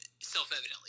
self-evidently